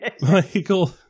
Michael